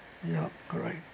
yup correct